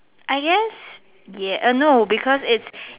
I guess yeah err no because it's